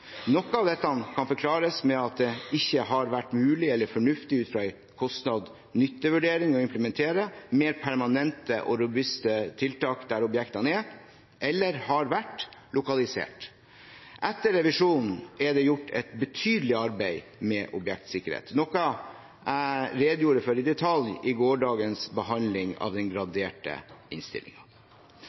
Noe av dette kan forklares med at det ikke har vært mulig eller fornuftig ut fra en kostnad–nytte-vurdering å implementere mer permanente og robuste tiltak der objektene er – eller har vært – lokalisert. Etter revisjonen er det gjort et betydelig arbeid med objektsikkerhet, noe jeg redegjorde for i detalj under gårsdagens behandling av den graderte